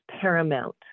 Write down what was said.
paramount